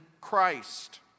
Christ